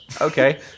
Okay